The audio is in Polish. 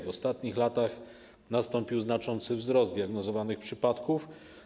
W ostatnich latach nastąpił znaczący wzrost liczby diagnozowanych przypadków.